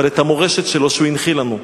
אבל את המורשת שלו שהוא הנחיל לנו,